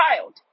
child